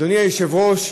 אדוני היושב-ראש,